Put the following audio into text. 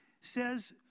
says